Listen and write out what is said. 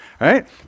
Right